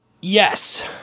Yes